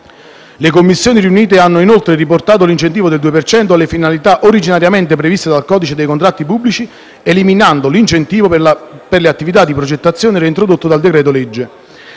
Le Commissioni riunite hanno inoltre riportato l'incentivo del 2 per cento alle finalità originariamente previste dal codice dei contratti pubblici, eliminando l'incentivo per le attività di progettazione reintrodotto dal decreto-legge.